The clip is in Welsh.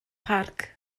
parc